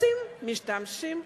רוצים, משתמשים,